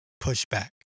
pushback